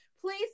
Please